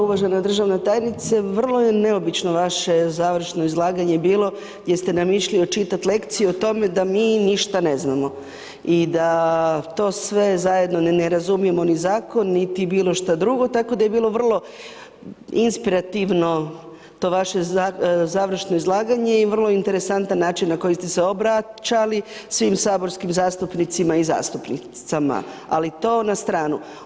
Uvažena državna tajnice, vrlo je neobično vaše završno izlaganje bilo gdje ste nam išli očitati lekciju o tome da mi ništa ne znamo i da to sve zajedno ni ne razumijemo ni zakon niti bilo šta drugo tako da je bilo vrlo inspirativno to vaše završno izlaganje i vrlo interesantan način na koji ste se obraćali svim saborskim zastupnicima i zastupnicama ali to na stranu.